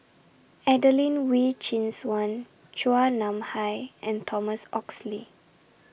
Adelene Wee Chin Suan Chua Nam Hai and Thomas Oxley